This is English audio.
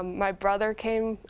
um my brother came.